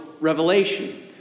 revelation